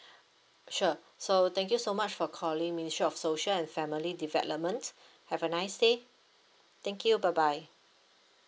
sure so thank you so much for calling ministry of social and family development have a nice day thank you bye bye